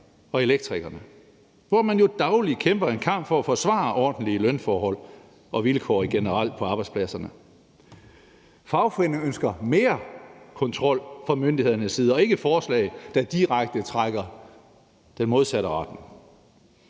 og elektrikernes, hvor man jo dagligt kæmper en kamp for at forsvare ordentlige lønforhold og vilkår generelt på arbejdspladserne. Fagforeningerne ønsker mere kontrol fra myndighedernes side og ikke forslag, der direkte trækker i den modsatte retning.